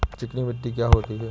चिकनी मिट्टी क्या होती है?